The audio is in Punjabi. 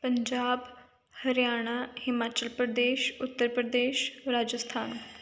ਪੰਜਾਬ ਹਰਿਆਣਾ ਹਿਮਾਚਲ ਪ੍ਰਦੇਸ਼ ਉੱਤਰ ਪ੍ਰਦੇਸ਼ ਰਾਜਸਥਾਨ